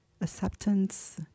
acceptance